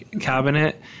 cabinet